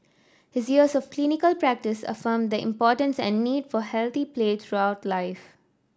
his years of clinical practice affirmed the importance and need for healthy play throughout life